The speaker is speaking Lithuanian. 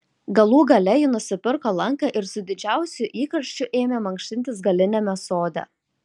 galų gale ji nusipirko lanką ir su didžiausiu įkarščiu ėmė mankštintis galiniame sode